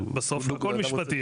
בסוף הכל משפטי.